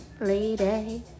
lady